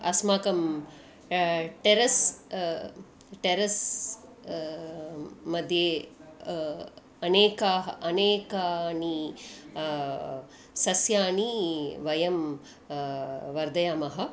अस्माकं टेरेस् टेरेस्मध्ये अनेकाः अनेकानि सस्यानि वयं वर्धयामः